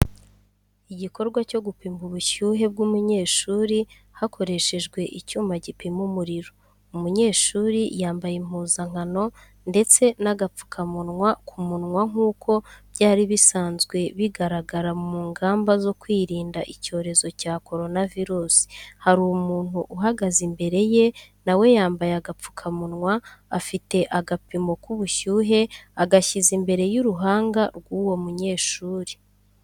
Igikorwa cyo gupima ubushyuhe bw’umunyeshuri, hakoreshejwe icyuma gipima umuriro. Umunyeshuri yambaye impuzankano ndetse n'agapfukamunwa ku munwa nk’uko byari bisanzwe bigaragara mu ngamba zo kwirinda icyorezo cya korona virusi. Hari umuntu uhagaze imbere ye nawe yambaye agapfukamunwa afite agapimo k’ubushyuhe agashyize imbere y'uruhanga rw’uwo munyeshuri.